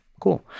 Cool